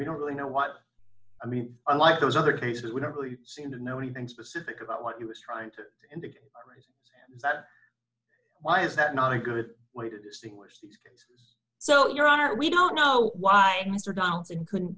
we don't really know what i mean unlike those other cases we don't really seem to know anything specific about what he was trying to indicate that why is that not a good way to distinguish these so your honor we don't know why mr johnson couldn't